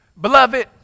Beloved